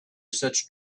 such